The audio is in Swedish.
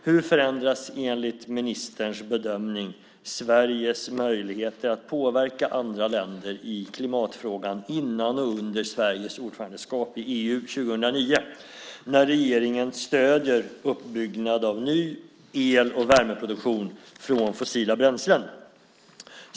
Hur förändras, enligt ministerns bedömning, Sveriges möjligheter att påverka andra länder i klimatfrågan före och under Sveriges ordförandeskap i EU 2009 när regeringen stöder uppbyggnad av ny el och värmeproduktion från fossila bränslen?